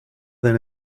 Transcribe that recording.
their